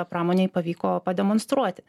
pramonei pavyko pademonstruoti